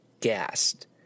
gassed